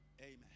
Amen